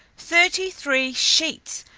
thirty-three sheets!